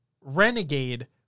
Renegade